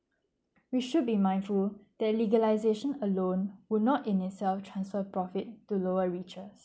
we should be mindful that legalisation alone would not in itself transfer profit to lower riches